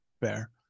Fair